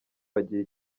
bagira